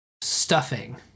stuffing